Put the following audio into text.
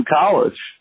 college